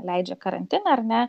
leidžia karantiną ar ne